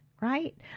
right